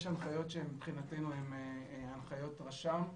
יש הנחיות שהם מבחינתנו הנחיות רשם,